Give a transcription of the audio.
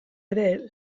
ere